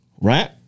right